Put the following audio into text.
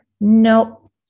no